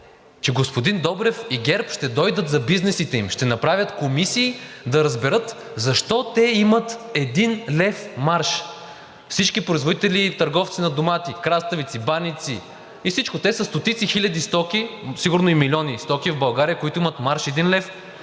че господин Добрев и ГЕРБ ще дойдат за бизнесите им, ще направят комисии да разберат защо те имат 1 лв. марж. Всички производители и търговци на домати, краставици, баници и всичко – те са стотици хиляди стоки, сигурно и милиони стоки в България, които имат марж 1 лв.,